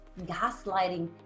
gaslighting